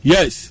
Yes